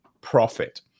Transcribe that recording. profit